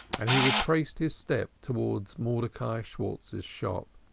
and he retraced his steps towards mordecai schwartz's shop.